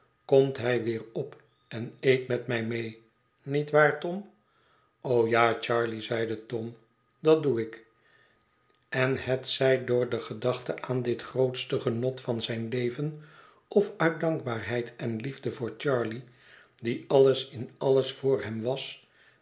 komt hij weer op en eet met mij mee nietwaar tom o ja charley zeidë tom dat doe ik en hetzij door de gedachte aan dit grootste genot van zijn leven of uit dankbaarheid en liefde voor charley die alles in alles voor hem was